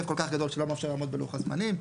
גדול שזה לא מאפשר לעמוד בלוח הזמנים?